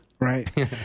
Right